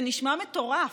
זה נשמע מטורף.